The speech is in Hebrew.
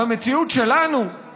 במציאות שלנו,